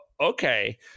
okay